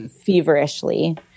feverishly